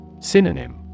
Synonym